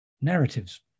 narratives